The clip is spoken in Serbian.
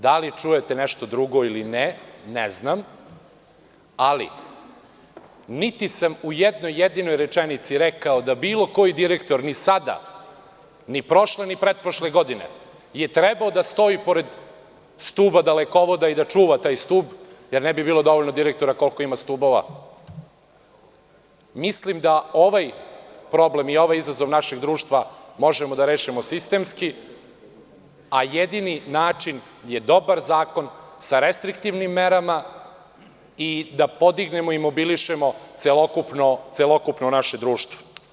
Da li čujete nešto drugo ili ne, ne znam, ali niti sam u jednoj jedinoj rečenici rekao da bilo koji direktor ni sada ni prošle ni pretprošle godine je trebao da stoji pored stuba dalekovoda i da čuva taj stub, jer ne bi bilo dovoljno direktora koliko ima stubova, mislim da ovaj problem i ovaj izazov našeg društva možemo da rešimo sistemski, a jedini način je dobar zakon sa restriktivnim merama i da podignemo i mobilišemo celokupno naše društvo.